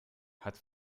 hat